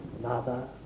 mother